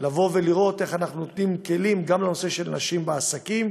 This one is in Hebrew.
לראות איך אנחנו נותנים כלים גם לנושא של נשים בעסקים.